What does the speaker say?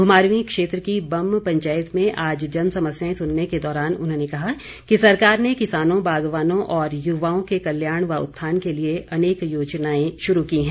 घुमारवीं क्षेत्र की बम्म पंचायत में आज जन समस्याएं सुनने के दौरान उन्होंने कहा कि सरकार ने किसानों बागवानों और युवाओं के कल्याण व उत्थान के लिए अनेक योजनाएं शुरू की हैं